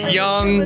young